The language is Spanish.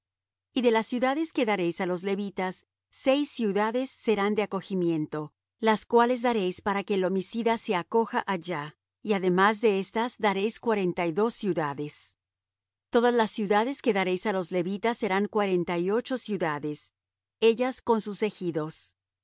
y de las ciudades que daréis á los levitas seis ciudades serán de acogimiento las cuales daréis para que el homicida se acoja allá y además de éstas daréis cuarenta y dos ciudades todas las ciudades que daréis á los levitas serán cuarenta y ocho ciudades ellas con sus ejidos